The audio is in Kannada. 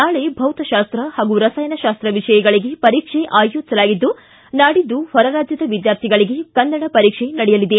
ನಾಳೆ ಭೌತಶಾಸ್ತ ಹಾಗೂ ರಸಾಯನಶಾಸ್ತ ವಿಷಯಗಳಗೆ ಪರೀಕ್ಷೆ ಆಯೋಜಿಸಲಾಗಿದ್ದು ನಾಡಿದ್ದು ಹೊರರಾಜ್ಞದ ವಿದ್ವಾರ್ಥಿಗಳಿಗೆ ಕನ್ನಡ ಪರೀಕ್ಷೆ ನಡೆಯಲಿದೆ